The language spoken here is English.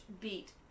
beat